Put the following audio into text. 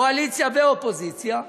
קואליציה ואופוזיציה,